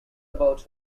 about